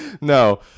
No